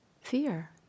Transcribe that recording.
fear